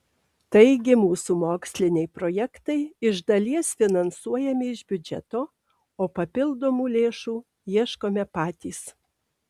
taigi mūsų moksliniai projektai iš dalies finansuojami iš biudžeto o papildomų lėšų ieškome patys